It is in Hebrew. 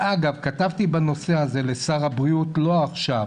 אגב, כתבתי בנושא הזה לשר הבריאות לא עכשיו,